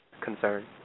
concern